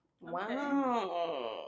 Wow